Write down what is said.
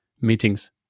meetings